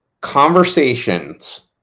conversations